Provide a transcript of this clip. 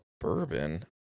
bourbon